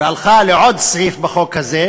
הלכה לעוד סעיף בחוק הזה,